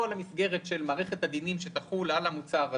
המסגרת של מערכת הדינים שתחול על המוצר הזה,